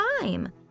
time